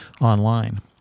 online